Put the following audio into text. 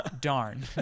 darn